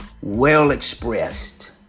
well-expressed